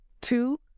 two